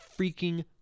freaking